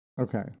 Okay